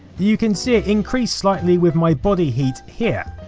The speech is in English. you can see it increase slightly with my body heat here.